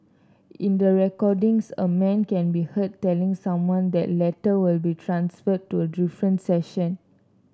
in the recordings a man can be heard telling someone that the latter will be transferred to a different section